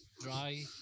dry